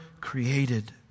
created